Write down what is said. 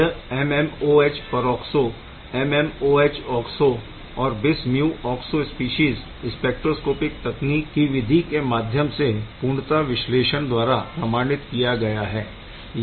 यह MMOHperoxo MMOHoxoऔर bis mu oxo species spectroscopic तकनीक की विधि के माध्यम से पूर्णतः विश्लेषण द्वारा प्रमाणित किए गए हैं